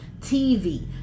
TV